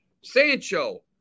Sancho